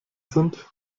sind